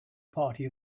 party